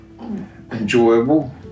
enjoyable